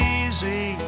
easy